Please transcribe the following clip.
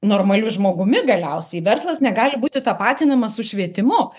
normaliu žmogumi galiausiai verslas negali būti tapatinamas su švietimu